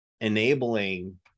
enabling